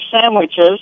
sandwiches